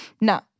no